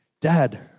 Dad